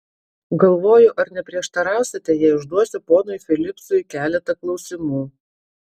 galvoju ar neprieštarausite jei užduosiu ponui filipsui keletą klausimų